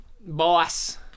Boss